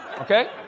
okay